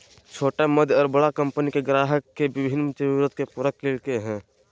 छोटा मध्य और बड़ा कंपनि के ग्राहक के विभिन्न जरूरत के पूरा करय हइ